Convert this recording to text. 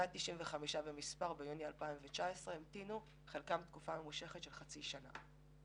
195 המתינו ביוני 2019 - חלקם תקופה ממושכת של חצי שנה.